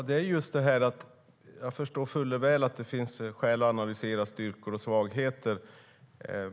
Herr talman! Jag förstår fuller väl att det finns skäl att analysera styrkor och svagheter.